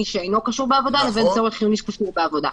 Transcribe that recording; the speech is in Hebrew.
שאינו קשור לעבודה לבין צורך חיוני שקשור לעבודה.